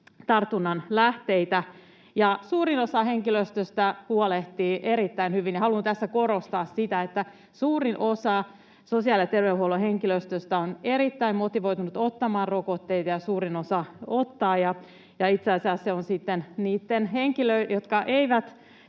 tartunnan lähteitä. Suurin osa henkilöstöstä huolehtii tästä erittäin hyvin, ja haluan tässä korostaa sitä, että suurin osa sosiaali‑ ja terveydenhuollon henkilöstöstä on erittäin motivoituneita ottamaan rokotteita ja suurin osa ottaa, ja itse asiassa heille on ikävää, että on sellaisia, jotka eivät